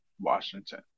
Washington